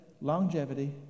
longevity